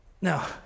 Now